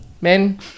Men